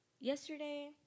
yesterday